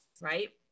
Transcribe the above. right